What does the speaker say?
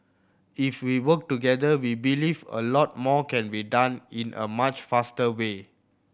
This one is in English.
if we work together we believe a lot more can be done in a much faster way